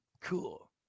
Cool